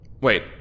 Wait